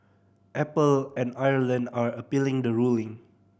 Apple and Ireland are appealing the ruling